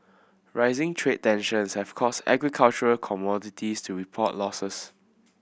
rising trade tensions have caused agricultural commodities to report losses